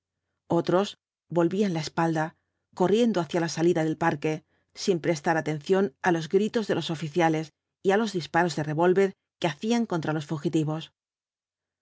otros volvían la espalda corriendo hacia la salida del porque sin prestar atención á los gritos de los oftciales y á los disparos de revólver que hacían contra los fugitivos